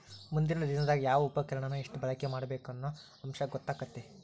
ಮುಂದಿನ ದಿನದಾಗ ಯಾವ ಉಪಕರಣಾನ ಎಷ್ಟ ಬಳಕೆ ಮಾಡಬೇಕ ಅನ್ನು ಅಂಶ ಗೊತ್ತಕ್ಕತಿ